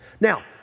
Now